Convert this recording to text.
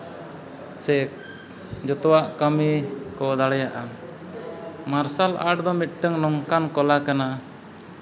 ᱥᱮ ᱡᱚᱛᱚᱣᱟᱜ ᱠᱟᱹᱢᱤ ᱠᱚ ᱫᱟᱲᱮᱭᱟᱜᱼᱟ ᱢᱟᱨᱥᱟᱞ ᱟᱨᱴ ᱫᱚ ᱢᱤᱫᱴᱟᱹᱱ ᱱᱚᱝᱠᱟᱱ ᱠᱚᱞᱟ ᱠᱟᱱᱟ